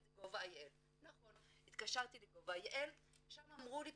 זה GOV.IL". התקשרתי ל- GOV.IL שם אמרו לי,